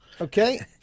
Okay